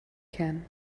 can